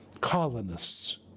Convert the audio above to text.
Colonists